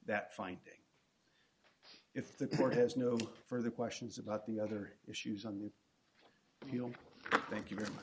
that finding if the court has no further questions about the other issues on the hill thank you very much